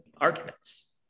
arguments